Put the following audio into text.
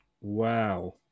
Wow